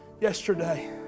yesterday